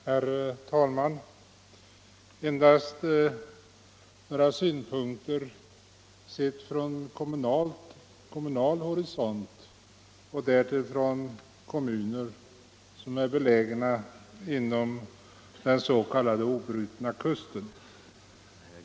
Herr talman! Endast några synpunkter på dessa frågor, sedda från kommunal horisont — därtill från kommuner som är belägna inom den s.k. obrutna kusten.